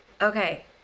Okay